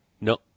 No